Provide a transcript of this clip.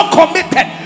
committed